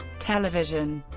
television